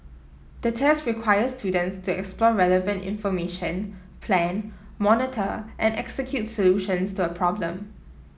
the test required students to explore relevant information plan monitor and execute solutions to a problem